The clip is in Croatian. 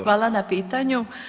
Hvala na pitanju.